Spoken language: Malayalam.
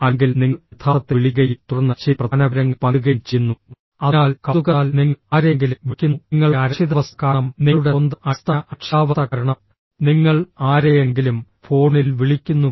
അല്ലെങ്കിൽ നിങ്ങൾ യഥാർത്ഥത്തിൽ വിളിക്കുകയും തുടർന്ന് ചില പ്രധാന വിവരങ്ങൾ പങ്കിടുകയും ചെയ്യുന്നു അതിനാൽ കൌതുകത്താൽ നിങ്ങൾ ആരെയെങ്കിലും വിളിക്കുന്നു നിങ്ങളുടെ അരക്ഷിതാവസ്ഥ കാരണം നിങ്ങളുടെ സ്വന്തം അടിസ്ഥാന അരക്ഷിതാവസ്ഥ കാരണം നിങ്ങൾ ആരെയെങ്കിലും ഫോണിൽ വിളിക്കുന്നു